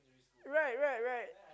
right right right